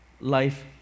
life